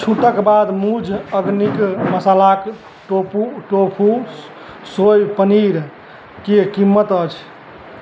छूटके बाद मूझ ऑर्गेनिक मसालाक टोपू टोपू सोइ पनीरके कीमत अछि